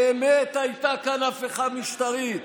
באמת הייתה כאן הפיכה משטרית.